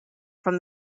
from